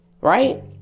Right